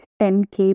10k